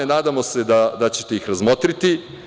Nadamo se da ćete ih razmotriti.